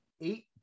eight